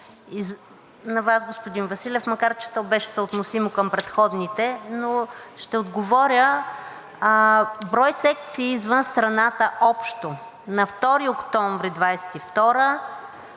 към Вас, господин Василев, макар че то беше съотносимо към предходните, но ще отговоря. Брой секции извън страната общо на 2 октомври 2022 г.